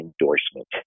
endorsement